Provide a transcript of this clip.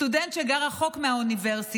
סטודנט שגר רחוק מהאוניברסיטה,